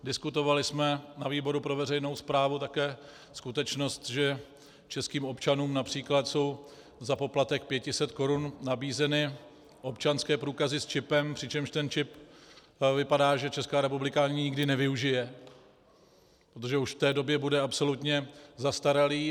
Diskutovali jsme ve výboru pro veřejnou správu také skutečnost, že českým občanům například jsou za poplatek 500 korun nabízeny občanské průkazy s čipem, přičemž ten čip vypadá, že Česká republika nikdy nevyužije, protože už v té době bude absolutně zastaralý.